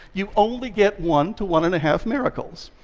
you only get one to one and a half miracles.